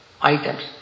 items